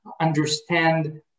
understand